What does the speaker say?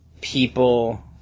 people